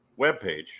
webpage